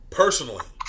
personally